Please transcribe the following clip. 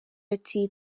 ati